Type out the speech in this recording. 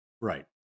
Right